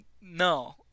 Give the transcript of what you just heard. No